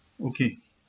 okay